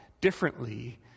differently